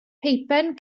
peipen